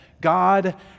God